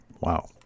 wow